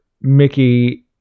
Mickey